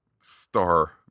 star